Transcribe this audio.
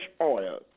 oil